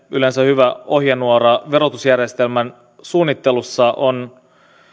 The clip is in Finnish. yleensä hyvä ohjenuora verotusjärjestelmän suunnittelussa on